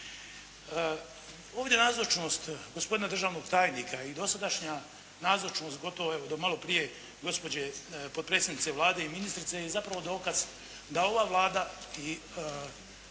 Ovdje nazočnost gospodina državnog tajnika i dosadašnja nazočnost, gotovo evo do malo prije gospođe potpredsjednice Vlade i ministrice je zapravo dokaz da ova Vlada i